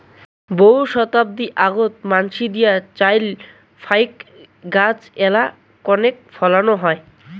বহু শতাব্দী আগোত মানসি দিয়া চইল ফাইক গছ এ্যালা কণেক ফলানো হয়